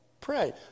Pray